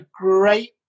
great